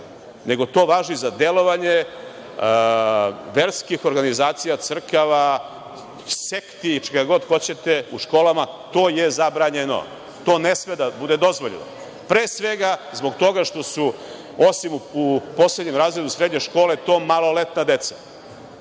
nego to važi za delovanje verskih organizacija, crkava, sekti i čega god hoćete u školama, to je zabranjeno, to ne sme da bude dozvoljeno. Pre svega zbog toga što su, osim u poslednjem razredu srednje škole to maloletna deca.